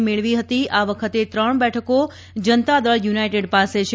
એ મેળવી ફતી આ વખતે ત્રણ બેઠકો જનતા દળ યુનાઇટેડ પાસે છે